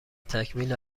تکمیل